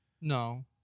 No